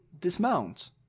dismount